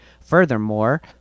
Furthermore